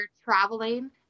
traveling